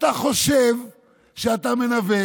אתה חושב שאתה מנווט,